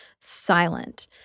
silent